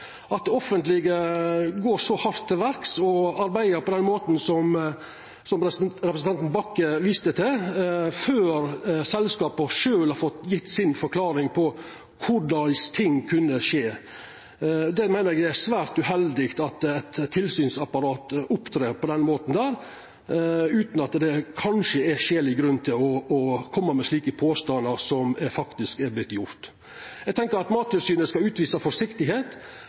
det offentlege går så hardt til verks og arbeider på den måten som representanten Bakke-Jensen viste til, før selskapa sjølve har gjeve forklaringa si på korleis ting kunne skje. Eg meiner det er svært uheldig at eit tilsynsapparat opptrer på den måten – utan at det kanskje er skilleg grunn til å koma med slike påstandar som det faktisk er vorte gjort. Eg tenkjer at Mattilsynet skal utvisa